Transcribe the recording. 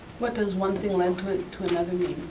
what does one thing led to ah to another mean?